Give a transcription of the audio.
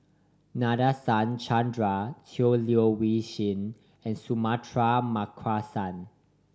Nadasen Chandra Tan Leo Wee Hin and Suratman Markasan